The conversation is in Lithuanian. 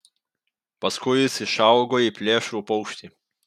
paskui jis išaugo į plėšrų paukštį